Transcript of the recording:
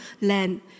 land